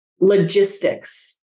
logistics